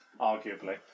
arguably